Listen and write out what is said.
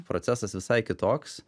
procesas visai kitoks